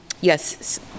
yes